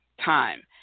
time